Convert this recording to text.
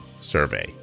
survey